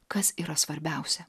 kas yra svarbiausia